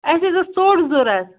اَسہِ حظ ٲس ژوٚٹ ضوٚرَتھ